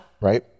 Right